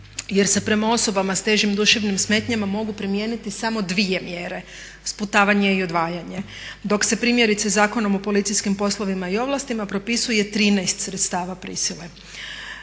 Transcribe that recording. jer se prema osobama s težim duševnim smetnjama mogu primijeniti samo 2 mjere, sputavanje i odvajanje, dok se primjerice Zakonom o policijskim poslovima i ovlastima propisuje 13 sredstava prisile.